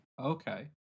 Okay